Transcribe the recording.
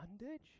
bondage